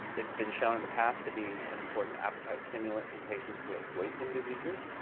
it's been shown in the past to be an important appetite stimulant in patients with wasting diseases.